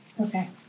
Okay